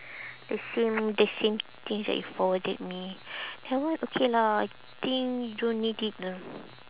the same the same things that you forwarded me that one okay lah I think you don't need it lah